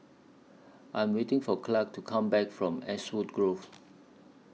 I Am waiting For Clark to Come Back from Ashwood Grove